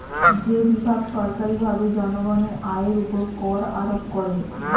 যে বিভাগ সরকারীভাবে জনগণের আয়ের উপর কর আরোপ করে